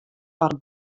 foar